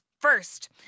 First